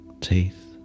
teeth